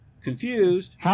Confused